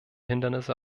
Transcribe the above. hindernisse